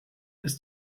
ist